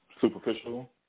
Superficial